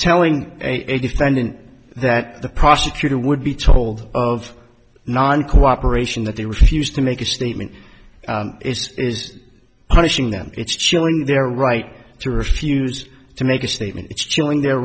telling a defendant that the prosecutor would be told of non cooperation that they refused to make a statement is punishing them it's chilling their right to refuse to make a statement it's chilling their